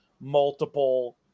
multiple